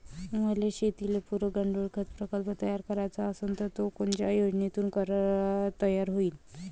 मले शेतीले पुरक गांडूळखत प्रकल्प तयार करायचा असन तर तो कोनच्या योजनेतून तयार होईन?